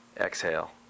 exhale